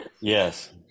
Yes